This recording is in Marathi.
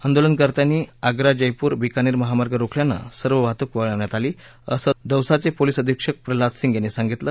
आंदोलनकर्त्यानी आगरा जयपूर बिकानेर महामार्ग रोखल्यानं सर्व वाहतूक वळवण्यात आली असं दौसाचे पोलीस अधीक्षक प्रल्हाद सिंग यांनी सांगितलं